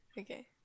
okay